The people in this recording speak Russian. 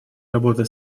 работы